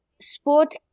sport